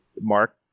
Mark